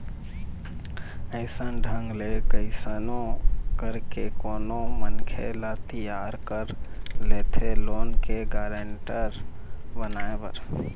अइसन ढंग ले कइसनो करके कोनो मनखे ल तियार कर लेथे लोन के गारेंटर बनाए बर